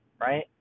Right